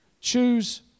choose